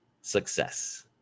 success